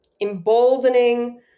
emboldening